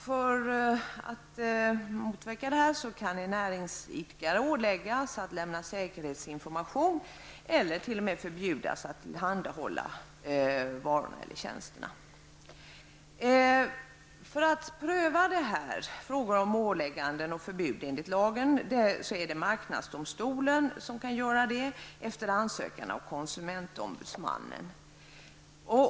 För att åstadkomma detta kan en näringsidkare åläggas att lämna säkerhetsinformation eller t.o.m. förbjudas att tillhandahålla varorna eller tjänsterna. Det är marknadsdomstolen som efter ansökan av konsumentombudsmannen prövar frågan om ålägganden eller förbud enligt lagen.